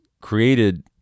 created